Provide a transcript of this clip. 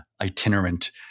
itinerant